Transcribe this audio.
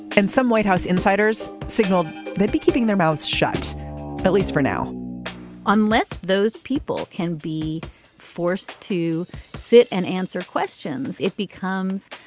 and some white house insiders signaled they'd be keeping their mouths shut at least for now unless those people can be forced to sit and answer questions it becomes.